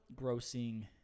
grossing